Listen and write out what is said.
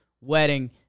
wedding